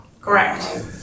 Correct